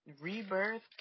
rebirth